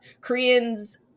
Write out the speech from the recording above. Koreans